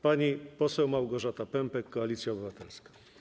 Pani poseł Małgorzata Pępek, Koalicja Obywatelska.